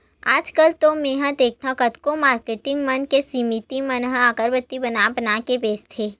आजकल तो मेंहा देखथँव कतको मारकेटिंग मन के समिति मन ह अगरबत्ती बना बना के बेंचथे